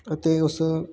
ਅਤੇ ਉਸ